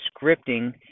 scripting